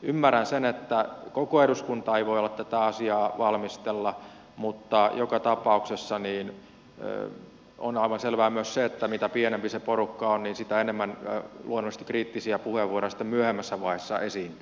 ymmärrän sen että koko eduskunta ei voi tätä asiaa valmistella mutta joka tapauksessa on aivan selvää myös se että mitä pienempi se porukka on niin sitä enemmän luonnollisesti kriittisiä puheenvuoroja sitten myöhemmässä vaiheessa esiintyy